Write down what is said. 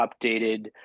updated